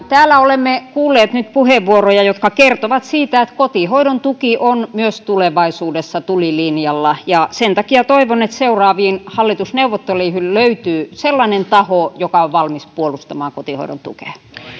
täällä olemme kuulleet nyt puheenvuoroja jotka kertovat siitä että kotihoidon tuki on myös tulevaisuudessa tulilinjalla ja sen takia toivon että seuraaviin hallitusneuvotteluihin löytyy sellainen taho joka on valmis puolustamaan kotihoidon tukea